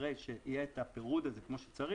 אחרי שיהיה את הפירוד הזה כמו שצריך,